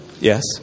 Yes